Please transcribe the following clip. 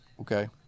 Okay